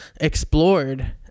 explored